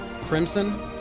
Crimson